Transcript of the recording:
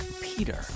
Peter